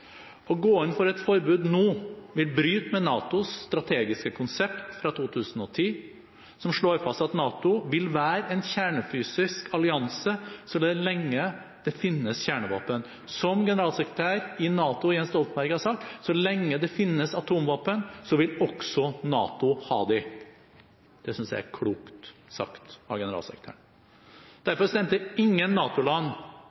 Å gå inn for et forbud nå ville bryte med NATOs strategiske konsept fra 2010, som slår fast at NATO vil være en kjernefysisk allianse så lenge det finnes kjernevåpen. Som generalsekretær i NATO, Jens Stoltenberg, har sagt: Så lenge det finnes atomvåpen, vil også NATO ha det. Det synes jeg er klokt sagt av generalsekretæren. Derfor stemte ingen